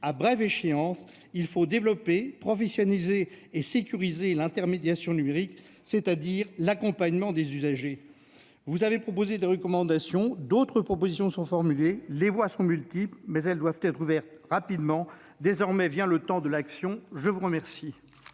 à brève échéance développer et sécuriser l'intermédiation numérique, c'est-à-dire l'accompagnement des usagers. La Cour a formulé des recommandations. D'autres propositions sont exposées. Les voies sont multiples, mais elles doivent être ouvertes rapidement. Désormais vient le temps de l'action. La parole